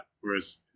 Whereas